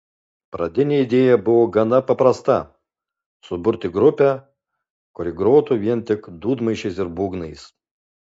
pradinė idėja buvo gana paprasta suburti grupę kuri grotų vien tik dūdmaišiais ir būgnais